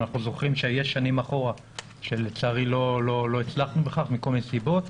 ואנחנו זוכרים שנים אחורה שלצערי לא הצלחנו בכך מכל מיני סיבות,